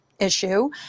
issue